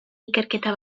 ikerketa